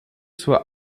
zur